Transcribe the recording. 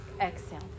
exhale